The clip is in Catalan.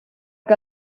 que